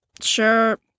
sure